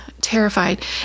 terrified